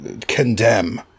condemn